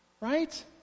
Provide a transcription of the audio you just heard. Right